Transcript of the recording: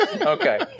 Okay